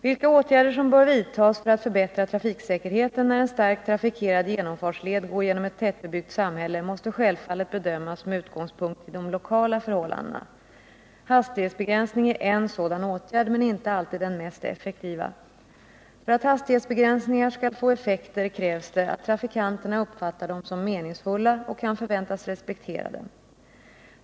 Vilka åtgärder som bör vidtas för att förbättra trafiksäkerheten när en starkt trafikerad genomfartsled går genom ett tättbebyggt samhälle måste självfallet bedömas med utgångspunkt i de lokala förhållandena. Hastighetsbegränsning är en sådan åtgärd, men inte alltid den mest effektiva. För att hastighetsbegränsningar skall få effekter krävs det att trafikanterna uppfattar dem som meningsfulla och kan förväntas respektera dem.